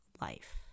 life